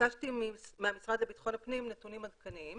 ביקשתי מהמשרד לביטחון הפנים נתונים עדכניים